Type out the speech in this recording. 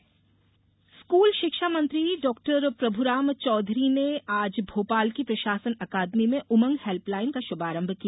उमंग helpline school शिक्षा मंत्री doctor Prabhuram Choudhary ने आज भोपाल की प्रशासन अकादमी में उमंग हेल्पलाइन का श्भारंभ किया